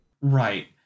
Right